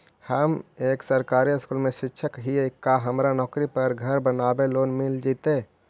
हम एक सरकारी स्कूल में शिक्षक हियै का हमरा नौकरी पर घर बनाबे लोन मिल जितै?